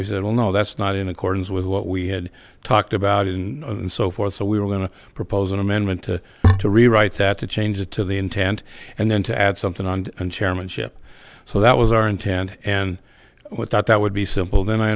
we said well no that's not in accordance with what we had talked about it and so forth so we were going to propose an amendment to to rewrite that to change it to the intent and then to add something on chairmanship so that was our intent and what that that would be simple then i